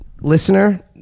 listener